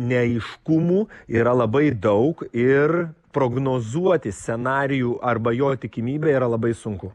neaiškumų yra labai daug ir prognozuoti scenarijų arba jo tikimybę yra labai sunku